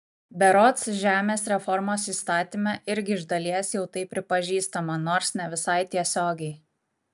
berods žemės reformos įstatyme irgi iš dalies jau tai pripažįstama nors ne visai tiesiogiai